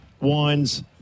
Wines